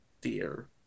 dear